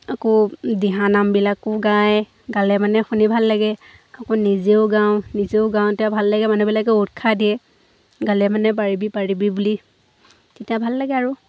আকৌ দিহানামবিলাকো গায় গালে মানে শুনি ভাল লাগে আকৌ নিজেও গাওঁ নিজেও গাওঁতে ভাল লাগে মানুহবিলাকে উৎসাহ দিয়ে গালে মানে পাৰিবি পাৰিবি বুলি তেতিয়া ভাল লাগে আৰু